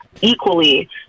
equally